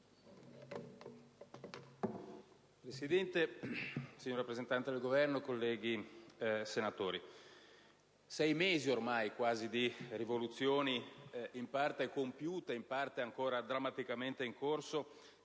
Presidente, signor rappresentante del Governo, colleghi senatori, quasi sei mesi ormai di rivoluzioni, in parte compiute, in parte ancora drammaticamente in corso,